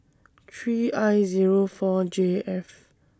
three I Zero four J F